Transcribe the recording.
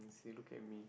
see look at me